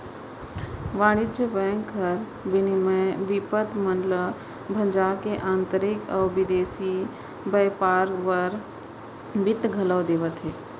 वाणिज्य बेंक हर विनिमय बिपत मन ल भंजा के आंतरिक अउ बिदेसी बैयपार बर बित्त घलौ देवाथे